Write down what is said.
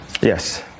yes